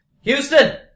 Houston